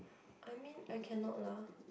I mean I cannot lah